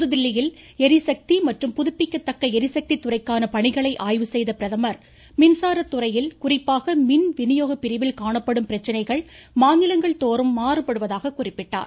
புதுதில்லியில் எரிசக்தி மற்றும் புதுப்பிக்கத்தக்க ளிசக்தி துறைக்கான பணிகளை ஆய்வு செய்த அவர் மின்சார துறையில் குறிப்பாக மின் விநியோக பிரிவில் காணப்படும் பிரச்சினைகள் மாநிலங்கள் தோறும் மாறுபடுவதாக குறிப்பிட்டார்